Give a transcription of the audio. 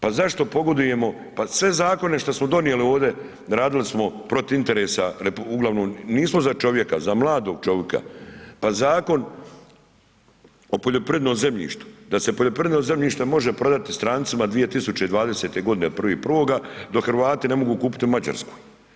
Pa zašto pogodujemo, pa sve zakone šta smo donijeli ovdje, radili smo protiv interesa uglavnom nismo za čovjeka, za mladog čovjeka, pa Zakon o poljoprivrednom zemljištu, da se poljoprivredno zemljište može prodati strancima 2020., 1.1., dok Hrvati ne mogu kupiti u Mađarskoj.